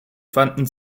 fanden